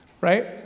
right